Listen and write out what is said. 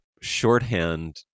shorthand